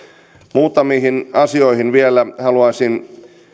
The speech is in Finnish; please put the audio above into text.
muutamiin asioihin vielä haluaisin